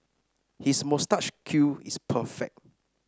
his moustache curl is perfect